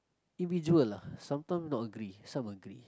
individual lah sometime not agree some agree